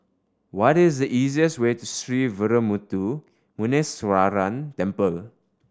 what is the easiest way to Sree Veeramuthu Muneeswaran Temple